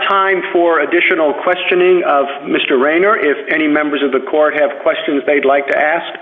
time for additional questioning mr raynor if any members of the court have questions they'd like to ask